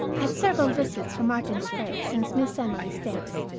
had several visits from martin sprague since miss emily's death,